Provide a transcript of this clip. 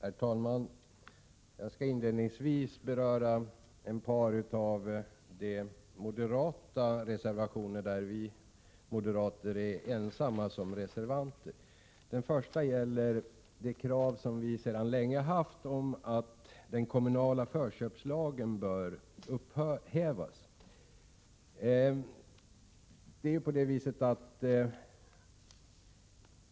Herr talman! Jag skall inledningsvis beröra ett par av de reservationer där vi moderater är ensamma som reservanter. Den första gäller det krav som vi sedan länge har haft på att förköpslagen, som ger kommunerna förköpsrätt, upphävs.